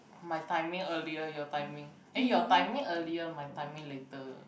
my timing earlier your timing eh your timing earlier my timing later